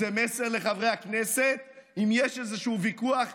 זה מסר לחברי הכנסת: אם יש איזשהו ויכוח,